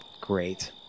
Great